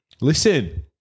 listen